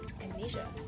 amnesia